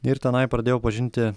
ir tenai pradėjau pažinti